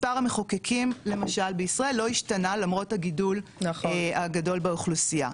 מספר המחוקקים למשל בישראל לא השתנה למרות הגידול הגדול באוכלוסייה,